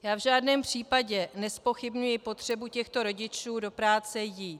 V žádném případě nezpochybňuji potřebu těchto rodičů do práce jít.